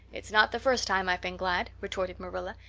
it's not the first time i've been glad, retorted marilla.